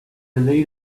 lead